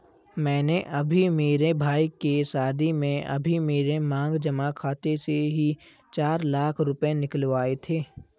मैंने अभी मेरे भाई के शादी में अभी मेरे मांग जमा खाते से ही चार लाख रुपए निकलवाए थे